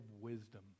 wisdom